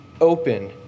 open